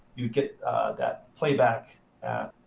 you'd get that playback at